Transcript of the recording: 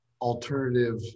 alternative